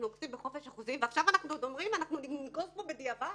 אנחנו נוגסים בחופש החוזי ועכשיו אנחנו עוד אומרים שננגוס בו בדיעבד.